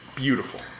Beautiful